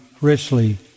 richly